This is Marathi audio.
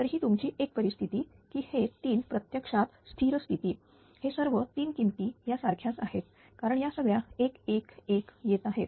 तर ही तुमची एक परिस्थिती की हे 3 प्रत्यक्षात स्थिर स्थिती हे सर्व 3 किमती या सारख्याच आहेत कारण या सगळ्या 1 1 1 येत आहेत